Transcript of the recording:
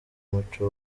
umuco